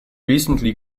recently